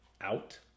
out